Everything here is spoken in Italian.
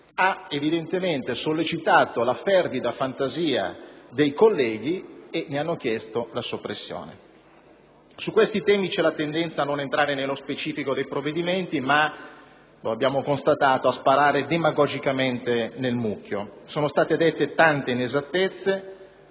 ha evidentemente sollecitato la fervida fantasia dei colleghi, che ne hanno chiesto la soppressione. Su questi temi c'è la tendenza a non entrare nello specifico dei provvedimenti, ma - lo abbiamo constatato - a sparare demagogicamente nel mucchio. Sono state dette tante inesattezze.